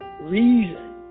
reason